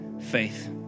faith